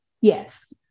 Yes